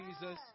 Jesus